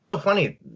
funny